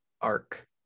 arc